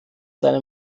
seine